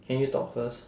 can you talk first